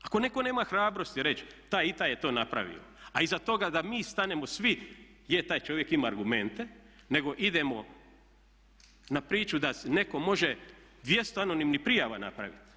Ako netko nema hrabrosti reći taj i taj je to napravio a iza toga da mi stanemo svi je taj čovjek ima argumente nego idemo na priču da netko može 200 anonimnih prijava napraviti.